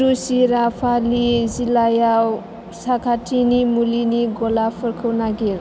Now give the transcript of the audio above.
नोंनि E P F अ' आव रेजिस्टार खालामखानाय जानबुं नम्बरनि थाखाय log in O T P आ द' दाइन द' द' बा द' ब्रै लाथिख' ब्रै द' से